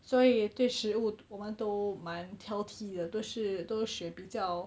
所以对食物我们都蛮挑剔的都是都选比较